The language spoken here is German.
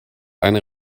eine